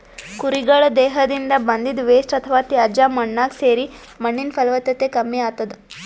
ಕುರಿಗಳ್ ದೇಹದಿಂದ್ ಬಂದಿದ್ದ್ ವೇಸ್ಟ್ ಅಥವಾ ತ್ಯಾಜ್ಯ ಮಣ್ಣಾಗ್ ಸೇರಿ ಮಣ್ಣಿನ್ ಫಲವತ್ತತೆ ಕಮ್ಮಿ ಆತದ್